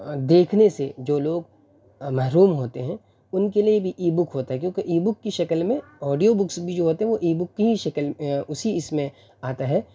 دیکھنے سے جو لوگ محروم ہوتے ہیں ان کے لیے بھی ای بک ہوتا ہے کیوںکہ ای بک کی شکل میں آڈیو بکس بھی جو ہوتے ہیں وہ ای بک کی ہی شکل اسی اس میں آتا ہے